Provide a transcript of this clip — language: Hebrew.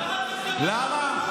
למה?